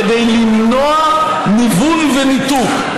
כדי למנוע ניוון וניתוק".